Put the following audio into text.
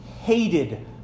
hated